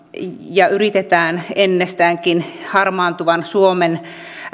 ja yritetään ennestäänkin harmaantuvan suomen